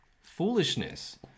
Foolishness